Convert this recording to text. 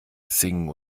singen